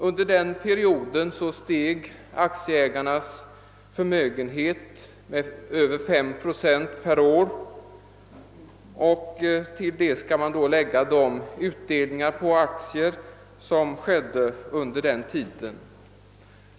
Under den perioden steg nämligen aktieägarnas förmögenhet med över 5 procent per år, och till detta skall läggas de utdelningar på aktier som skedde under perioden.